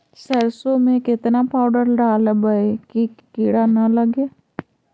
सरसों में केतना पाउडर डालबइ कि किड़ा न लगे?